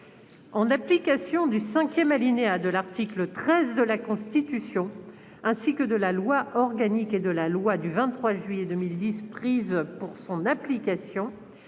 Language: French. En application du cinquième alinéa de l'article 13 de la Constitution, ainsi que de la loi organique n° 2010-837 et de la loi n° 2010-838 du 23 juillet 2010 prises pour son application,